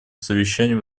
совещанию